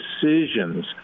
decisions